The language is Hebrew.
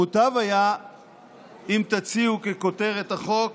מוטב שתציעו ככותרת החוק